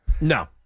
No